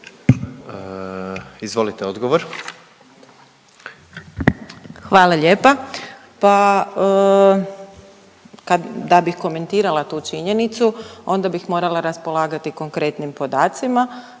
Lugarić, Tereza** Hvala lijepa. Pa da bih komentirala tu činjenicu onda bih morala raspolagati konkretnim podacima,